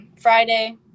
Friday